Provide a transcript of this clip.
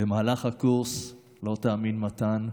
במהלך הקורס, לא תאמין, מתן,